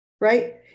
right